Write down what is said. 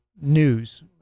news